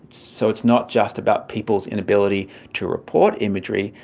so it's not just about people's inability to report imagery,